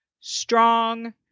strong